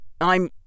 I'm